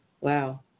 Wow